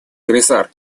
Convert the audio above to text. комиссар